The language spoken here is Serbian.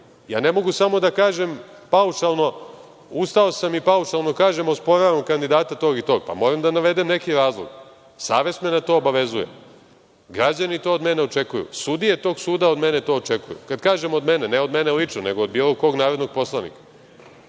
ja ne mogu samo da kažem paušalno, ustao sam i paušalno kažem – osporavam kandidata tog i tog. Moram da navedem neki razlog, savest me na to obavezuje. Građani to od mene očekuju. Sudije tog suda od mene to očekuju. Kada kažem, od mene, ne od mene lično, nego od bilo kog narodnog poslanika